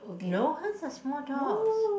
no hers are small dogs